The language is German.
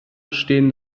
stehen